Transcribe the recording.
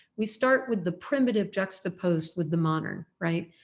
we start with the primitive juxtaposed with the modern, right?